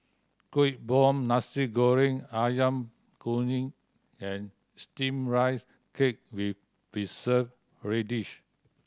Kueh Bom Nasi Goreng Ayam Kunyit and Steamed Rice Cake with Preserved Radish